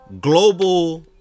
global